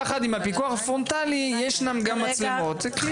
הפיקוח הפרונטלי, יש גם מצלמות.